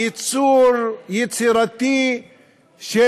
יצור יצירתי של